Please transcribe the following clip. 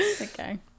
Okay